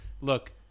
look